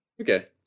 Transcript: Okay